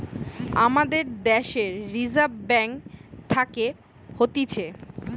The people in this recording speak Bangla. আমাদের দ্যাশের রিজার্ভ ব্যাঙ্ক থাকে হতিছে